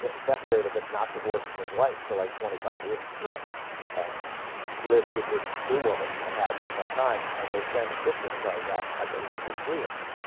separated but not divorce from his wife for like twenty five years right and lives with this new woman and has for some time and they send christmas cards out at believe the three of them